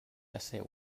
asseure